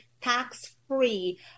tax-free